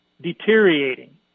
deteriorating